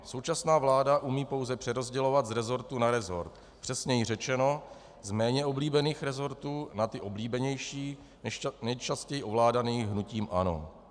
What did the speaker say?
Současná vláda umí pouze přerozdělovat z resortu na resort, přesněji řečeno z méně oblíbených resortů na ty oblíbenější, nejčastěji ovládané hnutím ANO.